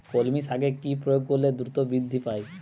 কলমি শাকে কি প্রয়োগ করলে দ্রুত বৃদ্ধি পায়?